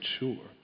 mature